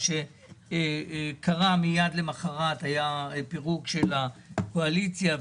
אבל מה שקרה מיד למחרת זה שהתפרקה הקואליציה.